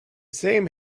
same